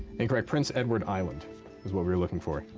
incorrect. prince edward island is what we were looking for.